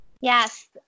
Yes